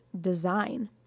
design